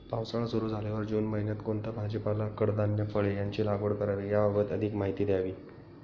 पावसाळा सुरु झाल्यावर जून महिन्यात कोणता भाजीपाला, कडधान्य, फळे यांची लागवड करावी याबाबत अधिक माहिती द्यावी?